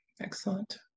Excellent